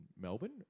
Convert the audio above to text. Melbourne